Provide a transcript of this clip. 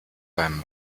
beim